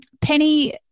Penny